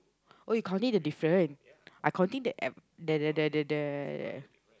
oh you counting the difference I counting the at the the the the the